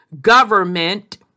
government